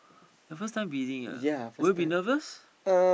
the first time bidding ah will you be nervous